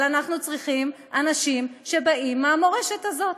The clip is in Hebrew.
אבל אנחנו צריכים אנשים שבאים מהמורשת הזאת.